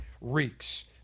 reeks